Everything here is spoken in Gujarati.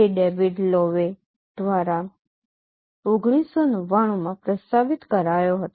તે ડેવિડ લોવે દ્વારા ૧૯૯૯ માં પ્રસ્તાવિત કરાયો હતો